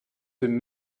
dem